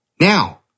Now